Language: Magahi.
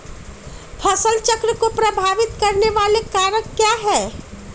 फसल चक्र को प्रभावित करने वाले कारक क्या है?